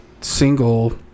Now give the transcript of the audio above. single